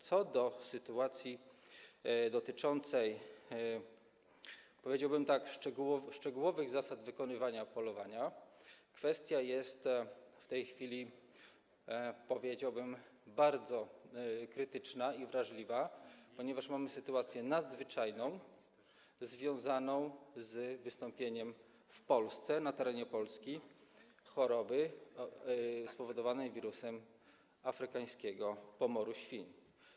Co do sytuacji dotyczącej, powiedziałbym, szczegółowych zasad wykonywania polowania kwestia jest w tej chwili, powiedziałbym, bardzo krytyczna i wrażliwa, ponieważ mamy sytuację nadzwyczajną związaną z wystąpieniem w Polsce, na terenie Polski choroby spowodowanej wirusem afrykańskiego pomoru świń.